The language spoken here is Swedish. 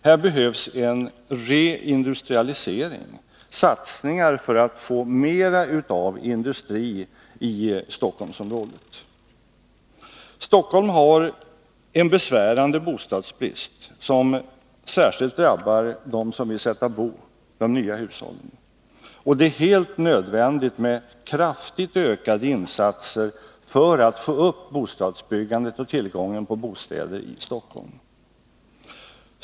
Här behövs en reindustrialisering, satsningar för att få mera av industri i Stockholmsområdet. Stockholm har en besvärande bostadsbrist, som särskilt drabbar dem som vill sätta bo, de nya hushållen. Det är helt nödvändigt med kraftigt ökade insatser för att få upp bostadsbyggandet och tillgången på bostäder i Stockholm.